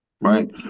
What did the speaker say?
right